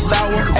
Sour